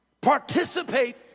participate